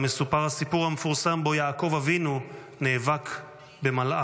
שבה מסופר הסיפור המפורסם שבו יעקב אבינו נאבק במלאך.